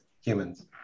Humans